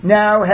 now